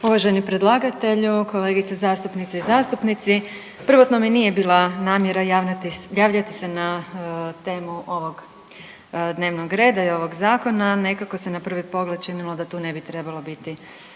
Uvaženi predlagatelju, kolegice zastupnice i zastupnici. Prvotno mi nije bila namjera javljati se na temu ovog dnevnog reda i ovog zakona, nekako se na prvi pogled činilo da tu ne bi trebalo biti